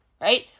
right